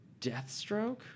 Deathstroke